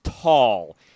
tall